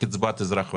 קצבת אזרח ותיק?